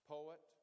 Poet